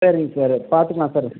சரிங்க சார் பார்த்துக்கலாம் சார்